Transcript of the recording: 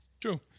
True